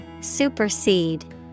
Supersede